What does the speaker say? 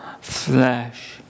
flesh